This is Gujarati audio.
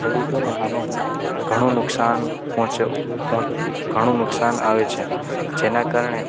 ખેડૂતોને આનો ઘણું નુકશાન ઘણું નુકશાન આવે છે જેનાં કારણે